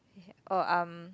or um